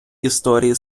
історії